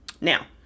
now